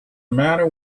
matter